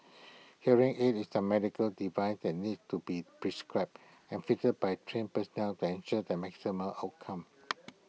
hearing aid is A medical device that needs to be prescribed and fitted by trained personnel to ensure optimum outcome